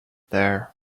there